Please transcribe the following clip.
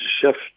shift